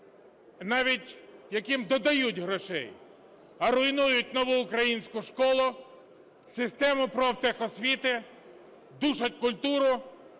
навіть яким додають грошей, а руйнують "Нову українську школу", систему профтехосвіти, душать культуру,